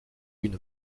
une